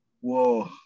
whoa